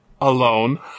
alone